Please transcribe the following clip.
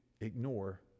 ignore